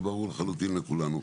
זה ברור לחלוטין לכולנו.